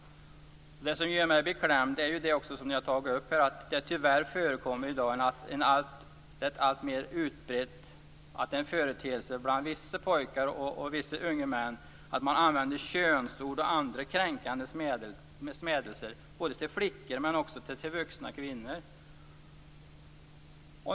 Det som gör mig beklämd är att det i dag tyvärr förekommer en alltmer utbredd företeelse bland vissa pojkar och unga män att man använder könsord och andra kränkande smädelser till flickor och även till vuxna kvinnor.